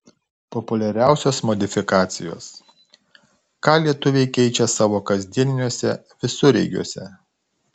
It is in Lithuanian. populiariausios modifikacijos ką lietuviai keičia savo kasdieniniuose visureigiuose